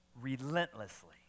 relentlessly